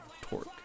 torque